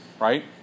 right